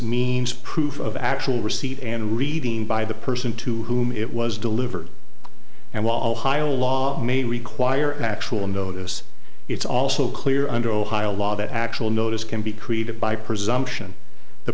means proof of actual receipt and reading by the person to whom it was delivered and while high a law may require actual notice it's also clear under ohio law that actual notice can be created by presumption the